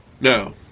No